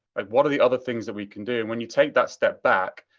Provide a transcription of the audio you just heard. like, what are the other things that we can do? and when you take that step back,